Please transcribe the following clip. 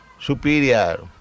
superior